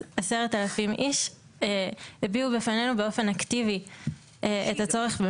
10,000 איש הביעו בפנינו באופן אקטיבי את הצורך.